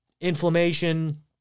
inflammation